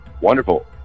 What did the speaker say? Wonderful